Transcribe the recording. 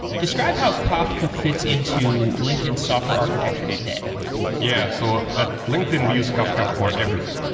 describe how kafka fits into linkedin's software architecture today yeah. so at linkedin we use kafka for everything.